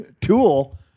Tool